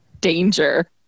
danger